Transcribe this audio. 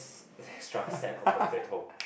extra set of potato